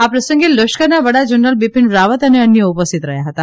આ પ્રસંગે લશ્કરના વડા જનરલ બીપીન રાવત અને અન્યો ઉપસ્થિત રહ્યાં હતા